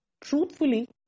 truthfully